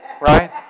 right